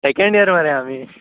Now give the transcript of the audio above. second year मरे आमी